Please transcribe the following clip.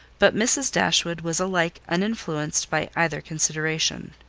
but mrs. dashwood was alike uninfluenced by either consideration.